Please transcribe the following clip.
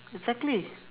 exactly